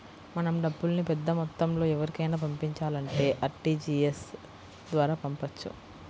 మనం డబ్బుల్ని పెద్దమొత్తంలో ఎవరికైనా పంపించాలంటే ఆర్టీజీయస్ ద్వారా పంపొచ్చు